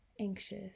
anxious